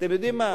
אתם יודעים מה?